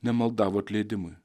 nemaldavo atleidimui